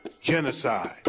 genocide